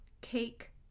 cake